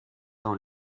dans